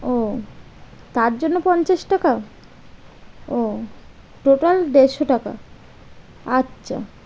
ও তার জন্য পঞ্চাশ টাকা ও টোটাল দেড়শো টাকা আচ্ছা